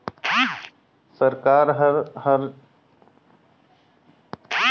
सरकार हर हर चीच मे टेक्स लगाथे अउ ओही पइसा ल देस बर खरचा करथे